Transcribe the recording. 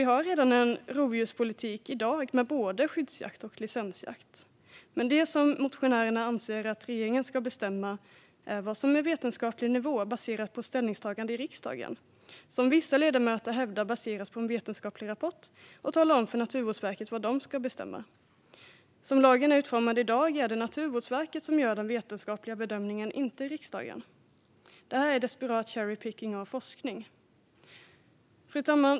Vi har redan i dag en rovdjurspolitik med både skyddsjakt och licensjakt. Motionärerna anser dock att regeringen ska bestämma vad som är vetenskaplig nivå, baserat på ett ställningstagande i riksdagen som vissa ledamöter hävdar baseras på en vetenskaplig rapport, och tala om för Naturvårdsverket vad de ska bestämma. Som lagen är utformad i dag är det Naturvårdsverket som gör den vetenskapliga bedömningen, inte riksdagen. Det här är desperat cherry-picking av forskning. Fru talman!